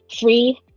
free